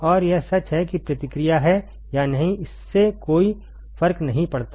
और यह सच है कि प्रतिक्रिया है या नहीं इससे कोई फर्क नहीं पड़ता